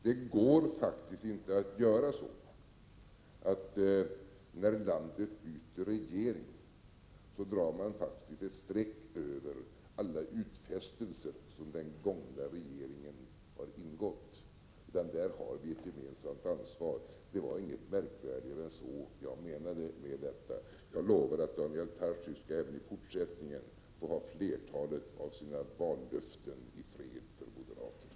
Det går faktiskt inte att göra så att man, när landet byter regering, drar ett streck över alla utfästelser som den avgångna regeringen har ingått, utan där har vi ett gemensamt ansvar. Min tanke var inte märkvärdigare än så. Jag lovar att Daniel Tarschys även i fortsättningen skall få ha flertalet av sina vallöften i fred för moderaterna.